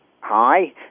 Hi